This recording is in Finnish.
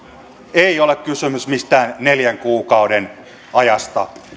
ei ole kysymys mistään neljän kuukauden ajasta